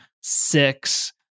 six